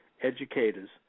educators